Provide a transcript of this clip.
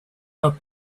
not